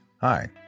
Hi